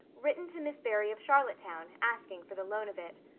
written to miss barry of charlottetown, asking for the loan of it.